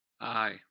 Aye